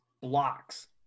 blocks